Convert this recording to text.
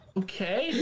okay